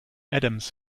adams